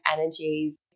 energies